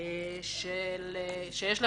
שיש לחייבים.